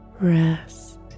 Rest